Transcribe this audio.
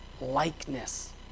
likeness